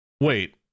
Wait